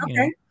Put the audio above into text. okay